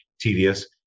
tedious